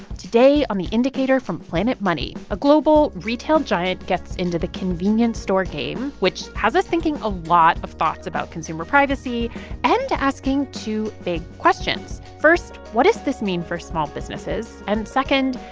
today on the indicator from planet money, a global retail giant gets into the convenience store game, which has us thinking a lot of thoughts about consumer privacy and asking two big questions. first, what does this mean for small businesses? and second,